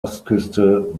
ostküste